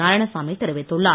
நாராயணசாமி தெரிவித்துள்ளார்